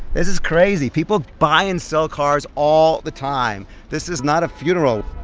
this is crazy, people buy and sell cars all the time. this is not a funeral.